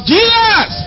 Jesus